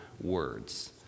words